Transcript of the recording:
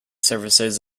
services